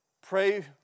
Pray